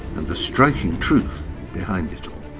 and the striking truth behind it all.